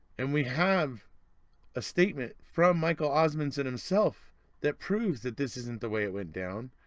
and we have a statement from michael osmunson himself that proves that this isn't the way it went down.